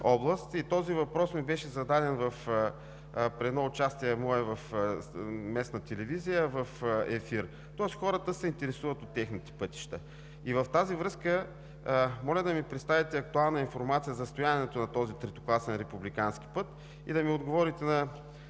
Този въпрос ми беше зададен в ефир при едно мое участие в местна телевизия. Тоест, хората се интересуват от техните пътища. В тази връзка, моля да ми представите актуална информация за състоянието на този третокласен републикански път и да ми отговорите на